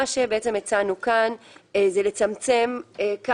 מה שבעצם הצענו כאן זה לצמצם את הזה